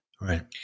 Right